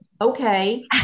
Okay